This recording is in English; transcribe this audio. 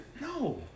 No